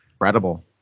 incredible